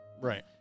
right